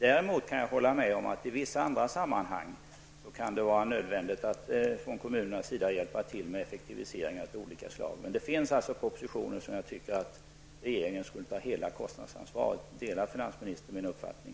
Däremot kan jag hålla med om att det i vissa andra sammanhang kan vara nödvändigt att kommunerna hjälper till med effektiviseringar av olika slag. Men när det gäller vissa propositioner borde regeringen ta hela kostnadsansvaret. Delar finansministern min uppfattning?